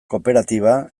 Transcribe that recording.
kooperatiba